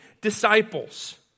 disciples